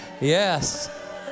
Yes